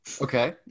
Okay